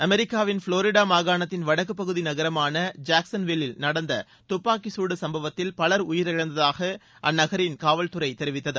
அமெரிக்காவிள் Florida மாகாணத்தின் வடக்குப் பகுதி நகரமான ஜேக்சன்ஸ்வில் ல் நிகழ்ந்த துப்பாக்கிச் சூடு சுப்பவத்தில் பவர் உயிரிழந்ததாக அந்நகரின் காவல்துறை தெரிவித்தது